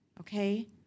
Okay